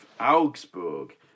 Augsburg